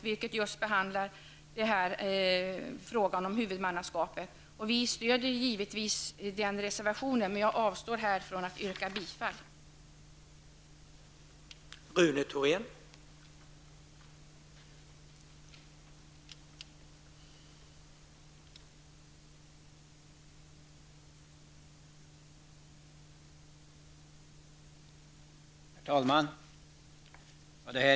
Den behandlar just frågan om huvudmannaskapet. Vi stöder givetvis denna reservation, men jag avstår från att yrka bifall till densamma.